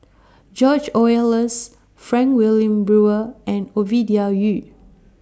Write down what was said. George Oehlers Frank Wilmin Brewer and Ovidia Yu